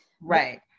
Right